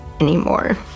anymore